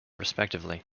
respectively